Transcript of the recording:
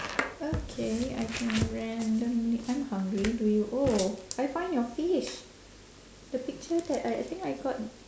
okay I can randomly I'm hungry do you oh I find your fish the picture that I I think I got